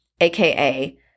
AKA